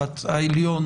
גדול,